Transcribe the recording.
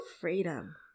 Freedom